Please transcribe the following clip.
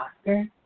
Oscar